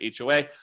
HOA